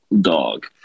dog